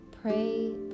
pray